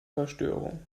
verstörung